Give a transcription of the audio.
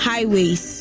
Highways